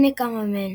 הנה כמה מהן